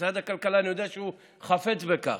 משרד הכלכלה, אני יודע שהוא חפץ בכך.